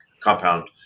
compound